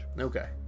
Okay